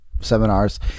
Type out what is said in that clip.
seminars